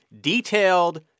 detailed